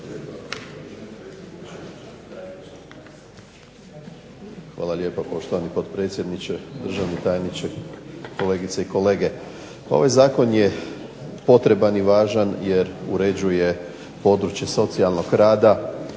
Hvala lijepa poštovani potpredsjedniče. Državni tajniče, kolegice i kolege. Pa ovaj zakon je potreban i važan jer uređuje područje socijalnog rada